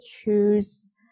choose